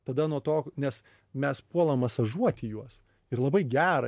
tada nuo to nes mes puolam masažuoti juos ir labai gera